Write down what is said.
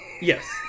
Yes